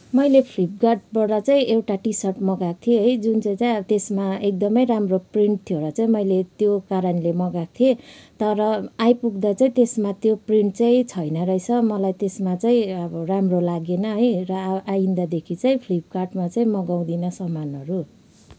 मैले फ्लिपकार्टबाट चाहिँ एउटा टिसर्ट मगाएको थिएँ है जुन चाहिँ चाहिँ अब त्यसमा एकदमै राम्रो प्रिन्ट थियो र चाहिँ मैले त्यो कारणले मगाएको थिएँ तर आइपुग्दा चाहिँ त्यसमा त्यो प्रिन्ट चाहिँ छैन रहेछ मलाई त्यसमा चाहिँ अब राम्रो लागेन है र आइन्दादेखि चाहिँ फ्लिपकार्टमा चाहिँ मगाउदिनँ सामानहरू